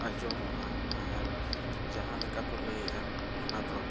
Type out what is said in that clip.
ᱟᱸᱡᱚᱢᱚᱜᱼᱟ ᱟᱨ ᱡᱟᱦᱟᱸᱞᱮᱠᱟ ᱠᱚ ᱞᱟᱹᱭᱟ ᱚᱱᱟᱫᱚ